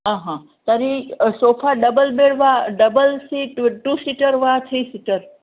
आ हा तर्हि सोफ़ा डबल् बेड् वा डबल् सीट् टु सीटर् वा थ्री सीटर्